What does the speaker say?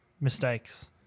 mistakes